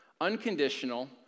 unconditional